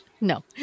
no